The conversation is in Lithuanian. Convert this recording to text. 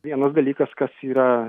vienas dalykas kas yra